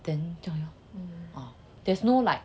then 这样而已 lor